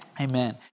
Amen